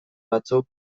batzuk